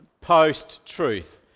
post-truth